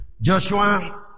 Joshua